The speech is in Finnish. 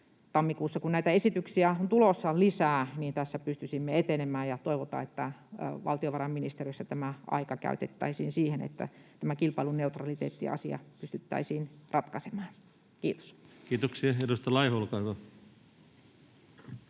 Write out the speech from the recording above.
tammikuussa, kun näitä esityksiä on tulossa lisää, pystyisimme etenemään, ja toivotaan, että valtiovarainministeriössä tämä aika käytettäisiin siihen, että tämä kilpailuneutraliteettiasia pystyttäisiin ratkaisemaan. — Kiitos. [Speech 100] Speaker: